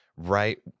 Right